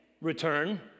return